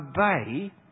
obey